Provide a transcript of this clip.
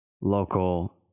local